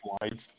slides